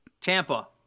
Tampa